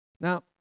Now